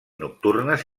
nocturnes